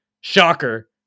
Shocker